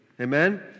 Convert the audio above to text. Amen